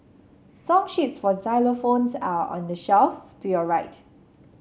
song sheets for xylophones are on the shelf to your right